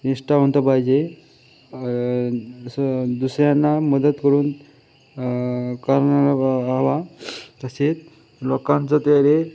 निष्ठावंत पाहिजे असं दुसऱ्यांना मदत करून करणारा बा हवा तसे लोकांचं